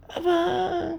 abang